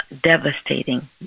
devastating